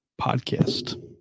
podcast